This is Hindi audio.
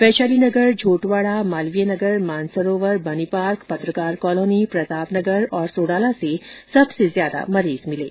वैशाली नगर झोटवाड़ा मालवीय नगर मानसरोवर बनीपार्क पत्रकार कॉलोनी प्रतापनगर सोडाला से सबसे ज्यादा मरीज मिले हैं